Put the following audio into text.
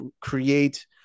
create